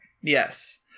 Yes